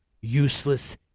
useless